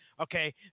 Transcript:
Okay